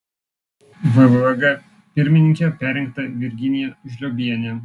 vvg pirmininke perrinkta virginija žliobienė